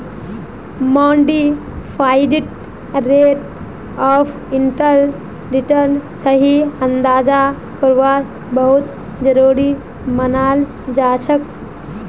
modified rate of internal रिटर्नेर सही अंदाजा करवा बहुत जरूरी मनाल जाछेक